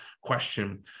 question